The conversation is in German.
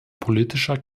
politischer